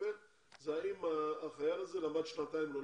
לקבל זה האם החייל הזה למד שנתיים בישיבה או לא